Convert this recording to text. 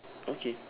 okay